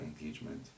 engagement